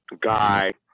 guy